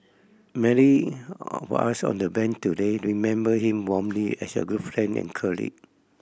many of us on the Bench today remember him warmly as a good friend and colleague